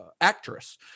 actress